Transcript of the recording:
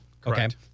Correct